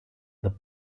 the